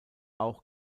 auch